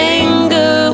anger